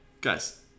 guys